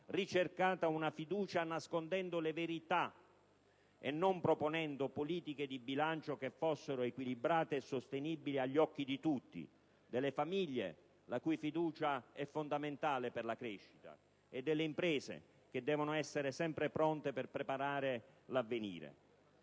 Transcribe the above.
ricercato una fiducia nascondendo le verità e non proponendo politiche di bilancio che fossero equilibrate e sostenibili agli occhi di tutti: delle famiglie, la cui fiducia è fondamentale per la crescita, e delle imprese, che devono essere sempre pronte per preparare l'avvenire.